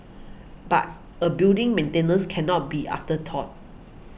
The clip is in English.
but a building's maintenance can not be an afterthought